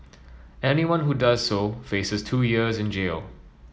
anyone who does so faces two years in jail